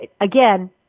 again